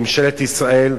ממשלת ישראל,